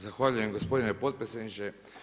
Zahvaljujem gospodine potpredsjedniče.